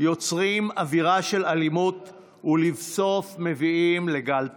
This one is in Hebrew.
יוצרים אווירה של אלימות ולבסוף מביאים לגל טרור.